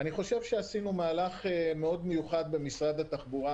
אני חושב שעשינו מהלך מאוד מיוחד במשרד התחבורה.